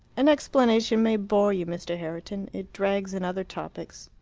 an explanation may bore you, mr. herriton it drags in other topics.